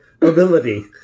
ability